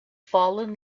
fallen